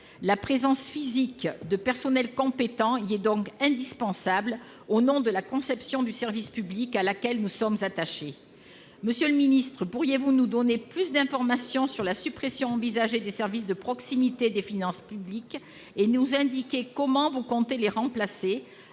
La présence physique de personnel compétent y est donc indispensable, au nom de la conception du service public à laquelle nous sommes attachés. Monsieur le ministre, pourriez-vous nous donner plus d'informations sur la suppression envisagée des services de proximité des finances publiques et nous indiquer comment vous comptez les remplacer